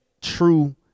true